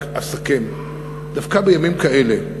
רק אסכם: דווקא בימים כאלה,